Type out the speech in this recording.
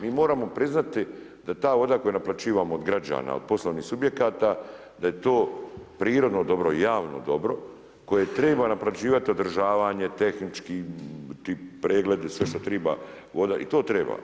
Mi moramo priznati da ta voda koju naplaćivamo od građana, od poslovnih subjekata da je to prirodno dobro i javno dobro koje treba naplaćivati održavanje tehnički ti pregledi sve što triba i to treba.